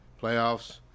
Playoffs